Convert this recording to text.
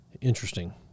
interesting